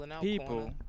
people